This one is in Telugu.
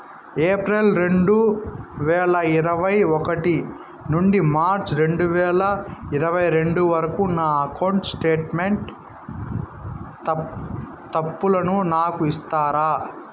ఏప్రిల్ రెండు వేల ఇరవై ఒకటి నుండి మార్చ్ రెండు వేల ఇరవై రెండు వరకు నా అకౌంట్ స్టేట్మెంట్ తప్పులను నాకు ఇస్తారా?